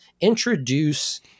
introduce